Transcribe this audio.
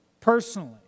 personally